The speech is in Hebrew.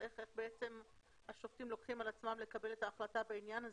איך השופטים לוקחים על עצמם לקבל את ההחלטה בעניין הזה?